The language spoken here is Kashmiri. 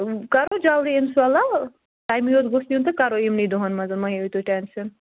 کَرو جلدی اِنشاء اللہ ٹایمے یوت گوٚژھ یُن تہٕ کَرو یِمنٕے دۄہَن منٛز مہَ ہیٚیِو تُہۍ ٹٮ۪نشَن